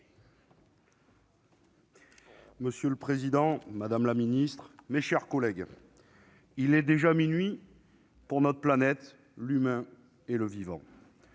Monsieur le président, madame la ministre, mes chers collègues, il est déjà minuit pour notre planète, pour l'humain, pour le vivant.